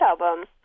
album